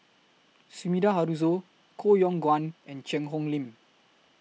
Sumida Haruzo Koh Yong Guan and Cheang Hong Lim